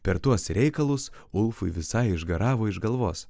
per tuos reikalus ulfui visai išgaravo iš galvos